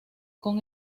con